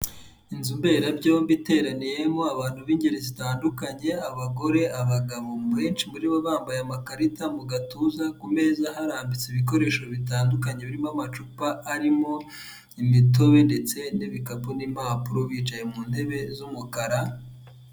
Inzu mberabyombi iteraniyemo abantu b'ingeri zitandukanye abagore, abagabo benshi muri bo bambaye amakarita mu gatuza, ku meza harambitse ibikoresho bitandukanye birimo amacupa arimo imitobe ndetse n'ibikapu n'impapuro bicaye mu ntebe z'umukara.